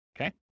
Okay